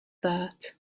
that